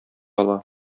ала